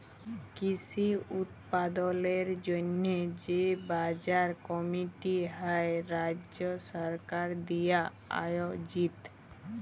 কৃষি উৎপাদলের জন্হে যে বাজার কমিটি হ্যয় রাজ্য সরকার দিয়া আয়জিত